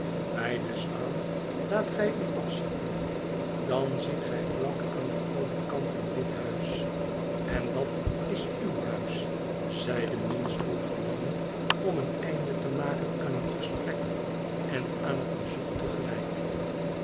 by de zwaan laat gij u afzetten dan ziet gij vlak aan den overkant een wit huis en dat is uw huis zeide minns vol verlangen om een einde te maken aan het gespfek en aan het bezoek